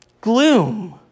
gloom